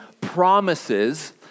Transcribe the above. promises